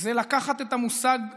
זה לקחת את המושג ריבונות,